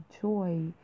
joy